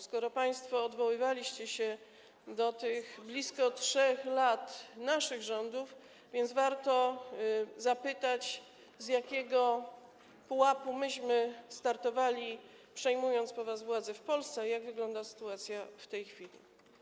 Skoro państwo odwoływaliście się do tych blisko 3 lat naszych rządów, warto zapytać, z jakiego pułapu myśmy startowali, przejmując po was władzę w Polsce, a jak wygląda sytuacja w tej chwili.